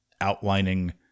outlining